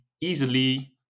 easily